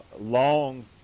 long